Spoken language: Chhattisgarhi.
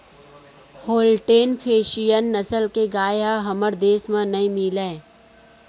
होल्टेन फेसियन नसल के गाय ह हमर देस म नइ मिलय